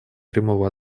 прямого